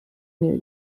new